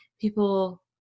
people